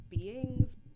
beings